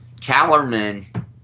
Callerman